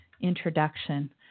introduction